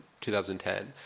2010